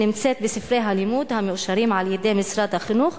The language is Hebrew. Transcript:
שנמצאת בספרי הלימוד המאושרים על-ידי משרד החינוך.